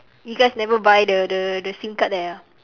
you guys never buy the the the SIM card there ah